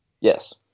Yes